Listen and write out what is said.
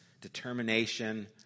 determination